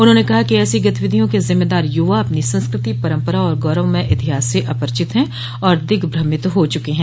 उन्होंने कहा कि ऐसी गतिविधियों के जिम्मेदार युवा अपनी संस्कृति परम्परा और गौरवमय इतिहास से अपरिचित है और दिग्भ्रमित हो चुके हैं